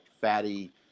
fatty